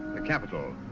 the capitol,